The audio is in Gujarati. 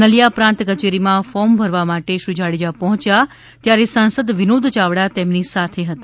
નલિયા પ્રાંત કચેરીમાં ફોર્મ ભરવા માટે શ્રી જાડેજા પર્હોચ્યા ત્યારે સાંસદ વિનોદ યાવડા તેમની સાથે હતા